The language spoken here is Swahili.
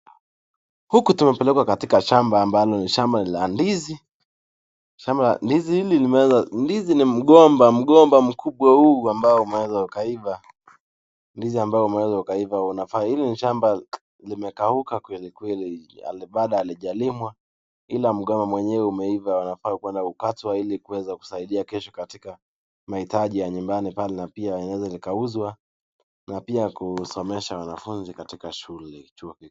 Huku tumepeleka kwa shamba ambalo ni shamba la ndizi . Ndizi ni mgomba , mgomba mkubwa ambao umeweza ukaiva. Hili ni shamba limekauka kwelikweli na Bado halijalimwa ila mgomba wenyewe kukatwa hili kusaidia kesho katika nahitaji ya nyumbani pale pia na linaweza likauzwa na pia kusomesha wanafunzi katika shule , chuo.